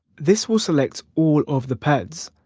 this will select all of the pads.